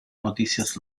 noticias